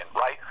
right